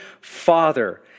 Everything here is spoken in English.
Father